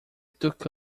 took